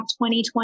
2020